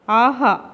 ஆஹா